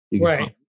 Right